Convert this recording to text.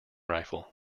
rifle